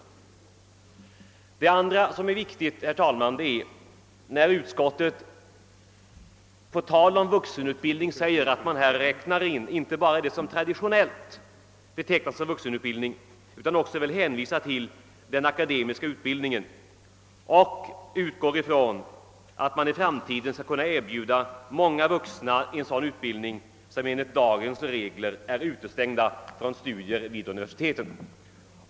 För det andra är det viktigt, herr talman, att utskottet på tal om vuxenutbildning framhåller att man till denna räknar inte bara det som traditionellt anses vara vuxenutbildning utan också tar med den akademiska utbildningen. Utskottet utgår ifrån att man i framtiden skall kunna erbjuda en sådan utbildning åt många vuxna som enligt dagens regler är utestängda från studier vid universiteten.